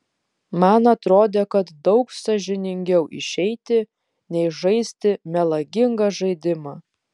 man atrodė kad daug sąžiningiau išeiti nei žaisti melagingą žaidimą